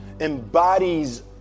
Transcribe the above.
embodies